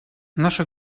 наша